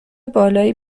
بالایی